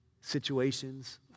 situations